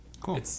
Cool